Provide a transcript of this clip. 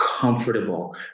comfortable